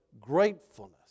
gratefulness